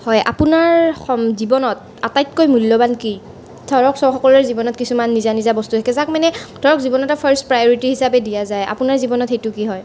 হয় আপোনাৰ জীৱনত আটাইতকৈ মূল্যৱান কি ধৰক সকলোৰে জীৱনত কিছুমান নিজা নিজা বস্তু থাকে যাক মানে ধৰক জীৱনত ফাৰ্ষ্ট প্ৰায়ৰিটী হিচাপে দিয়া যায় আপোনাৰ জীৱনত সেইটো কি হয়